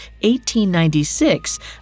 1896